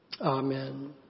Amen